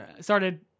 started